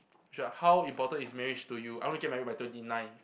sure how important is marriage to you I want to get married by twenty nine